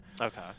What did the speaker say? Okay